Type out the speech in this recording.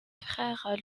frère